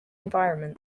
environments